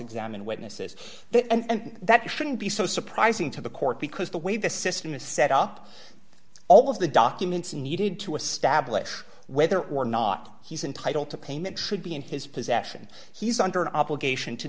examine witnesses that and that shouldn't be so surprising to the court because the way the system is set up all of the documents needed to establish whether or not he's entitled to payments should be in his possession he's under no obligation to